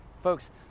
Folks